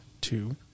two